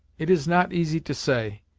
it is not easy to say,